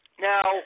Now